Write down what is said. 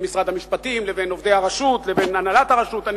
משרד המשפטים לבין עובדי הרשות לבין הנהלת הרשות,